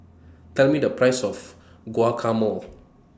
Tell Me The Price of Guacamole